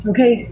Okay